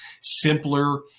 simpler